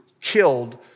killed